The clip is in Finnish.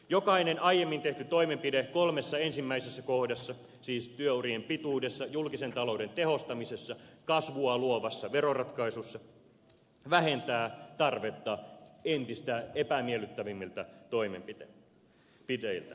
jokainen aiemmin tehty toimenpide kolmessa ensimmäisessä kohdassa siis työurien pituudessa julkisen talouden tehostamisessa kasvua luovassa veroratkaisussa vähentää tarvetta tehdä epämiellyttävämpiä toimenpiteitä